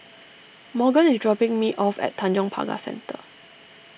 Morgan is dropping me off at Tanjong Pagar Centre